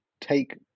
take